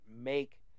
make